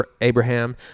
Abraham